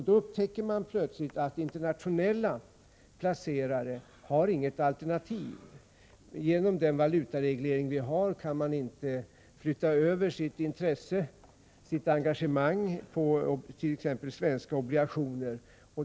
Då upptäcker man plötsligt att internationella placerare inte har något alternativ. På grund av den valutareglering vi har kan man inte flytta över sitt intresse, sitt engagemang, till exempelvis svenska obligationer.